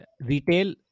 retail